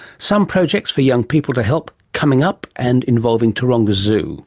some projects for young people to help coming up and involving taronga zoo